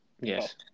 Yes